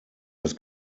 das